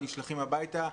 ונשלחים הביתה.